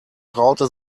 traute